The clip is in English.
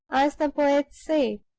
as the poets say.